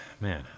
man